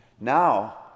now